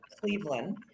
Cleveland